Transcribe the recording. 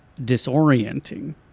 disorienting